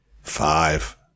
Five